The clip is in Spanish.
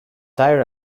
tire